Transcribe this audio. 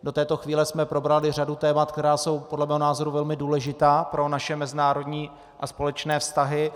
Do této chvíle jsme probrali řadu témat, která jsou podle mého názoru velmi důležitá pro naše mezinárodní a společné vztahy.